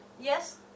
Yes